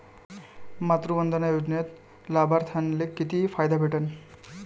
मातृवंदना योजनेत लाभार्थ्याले किती फायदा भेटन?